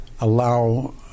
allow